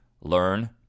Learn